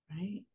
right